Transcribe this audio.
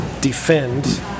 Defend